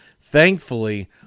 thankfully